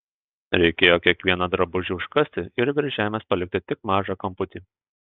reikėjo kiekvieną drabužį užkasti ir virš žemės palikti tik mažą kamputį